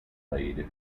played